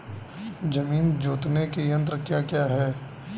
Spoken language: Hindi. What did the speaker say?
जमीन जोतने के यंत्र क्या क्या हैं?